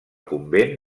convent